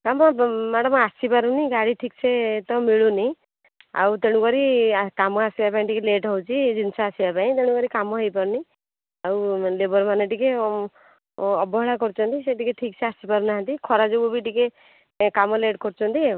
ନା ବା ମ୍ୟାଡ଼ମ୍ ଆସିପାରୁନି ଗାଡି ଠିକ୍ସେ ତ ମିଳୁନି ଆଉ ତେଣୁ କରି କାମ ଆସିବା ପାଇଁ ଟିକିଏ ଲେଟ୍ ହେଉଛି ଜିନିଷ ଆସିବା ପାଇଁ ତେଣୁ କରି କାମ ହୋଇପାରୁନି ଆଉ ଲେବର୍ମାନେ ଟିକିଏ ଅବହେଳା କରୁଛନ୍ତି ସେ ଟିକିଏ ଠିକ୍ସେ ଆସିପାରୁନାହାନ୍ତି ଖରା ଯୋଗୁଁ ବି ଟିକିଏ କାମ ଲେଟ୍ କରୁଛନ୍ତି ଆଉ